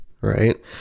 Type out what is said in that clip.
right